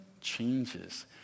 changes